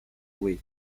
weak